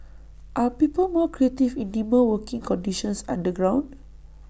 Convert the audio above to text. are people more creative in dimmer working conditions underground